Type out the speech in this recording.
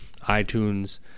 itunes